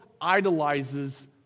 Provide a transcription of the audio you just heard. idolizes